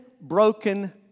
broken